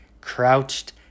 crouched